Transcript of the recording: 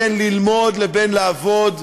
בין ללמוד לבין לעבוד.